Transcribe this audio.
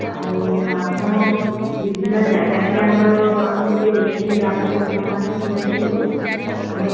ଆଉ ଆପଣ ବିଭିନ୍ନ ଜାଗା ଟିକେ ଆମର ଆମକୁ ଟିକେ ଦେଖାଇ ଦେବେ ଆମେ ତ ନୂଆ ଆସିଛୁନା ଏଠିକି ଆମେ